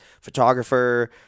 photographer